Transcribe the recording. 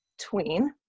tween